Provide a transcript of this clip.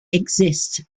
exist